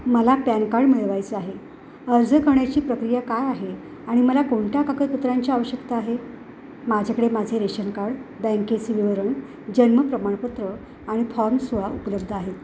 मला PAN card मिळवायचं आहे अर्ज करण्याची प्रक्रिया काय आहे आणि मला कोणत्या कागदपत्रांची आवश्यकता आहे माझ्याकडे माझे रेशन कार्ड बँकेचे विवरण जन्म प्रमाणपत्र आणि फॉर्म सोळा उपलब्ध आहे